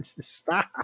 Stop